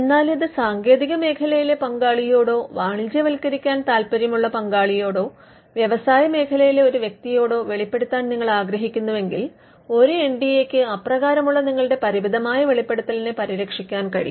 എന്നാൽ ഇത് സാങ്കേതിക മേഖലയിലെ പങ്കാളിയോടോ വാണിജ്യവത്ക്കരിക്കാൻ താൽപ്പര്യമുള്ള പങ്കാളിയോടോ വ്യവസായ മേഖലയിലെ ഒരു വ്യക്തിയോടോ വെളിപ്പെടുത്താൻ നിങ്ങൾ ആഗ്രഹിക്കുന്നുവെങ്കിൽ ഒരു എൻ ഡി എയ്ക്ക് അപ്രകാരമുള്ള നിങ്ങളുടെ പരിമിതമായ വെളിപ്പെടുത്തലിനെ പരിരക്ഷിക്കാൻ കഴിയും